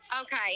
Okay